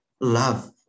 love